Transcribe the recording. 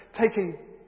taking